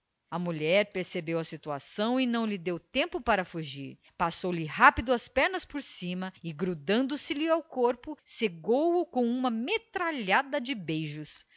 a mulher percebeu a situação e não lhe deu tempo para fugir passou-lhe rápido as pernas por cima e grudando se lhe ao corpo cegou o com uma metralhada de beijos